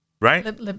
Right